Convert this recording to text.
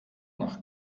nach